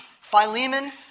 Philemon